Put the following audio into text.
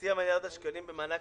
חצי מיליארד השקלים במענק